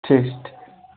ठीक छै ठीक